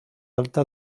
alta